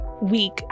week